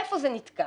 איפה זה נתקע?